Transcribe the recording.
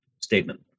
statement